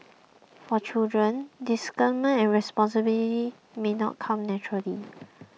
for children discernment and responsibility may not come naturally